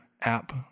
app